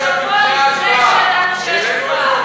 לפני שידענו שיש הצבעה,